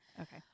okay